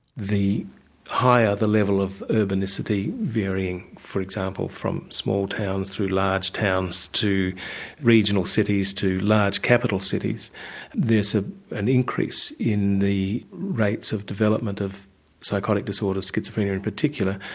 the higher the level of urbanicity varying for example from small towns through large towns, to regional cities, to large capital cities there's ah an increase in the rates of development of psychotic disorders, schizophrenia in particular,